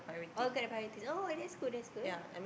all kind of priorities oh that's cool that's cool